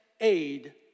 aid